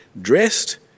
dressed